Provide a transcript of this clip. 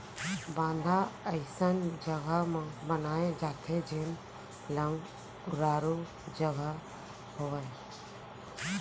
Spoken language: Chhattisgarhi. बांधा अइसन जघा म बनाए जाथे जेन लंग उरारू जघा होवय